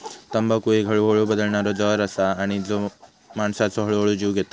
तंबाखू एक हळूहळू बादणारो जहर असा आणि तो माणसाचो हळूहळू जीव घेता